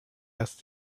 asked